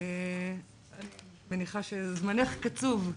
אני מניחה שזמנך קצוב.